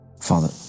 Father